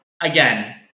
again